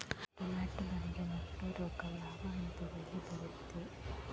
Tomato ಬೆಳೆಗೆ ಮುಟೂರು ರೋಗ ಯಾವ ಹಂತದಲ್ಲಿ ಬರುತ್ತೆ?